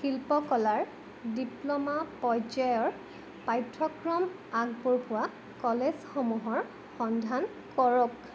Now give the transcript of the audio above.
শিল্পকলাৰ ডিপ্ল'মা পৰ্যায়ৰ পাঠ্যক্ৰম আগবঢ়োৱা কলেজসমূহৰ সন্ধান কৰক